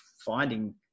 finding